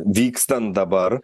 vykstant dabar